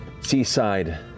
seaside